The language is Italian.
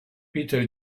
peter